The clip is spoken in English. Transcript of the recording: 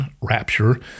rapture